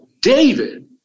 David